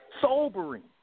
Sobering